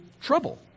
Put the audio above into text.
trouble